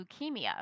leukemia